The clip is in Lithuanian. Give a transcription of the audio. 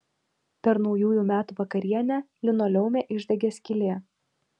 per naujųjų metų vakarienę linoleume išdegė skylė